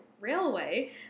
Railway